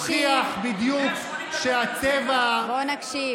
בפרסה, הוכיח בדיוק שהטבע, 180 דקות, בואו נקשיב.